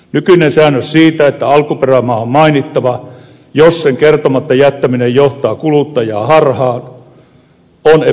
nykyinen säännös siitä että alkuperämaa on mainittava jos sen kertomatta jättäminen johtaa kuluttajaa harhaan on epäselvä